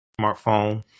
smartphone